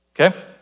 Okay